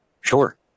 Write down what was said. Sure